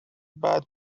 bad